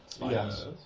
Yes